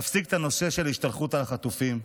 להפסיק את הנושא של השתלחות בחטופים.